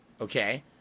Okay